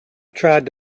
tried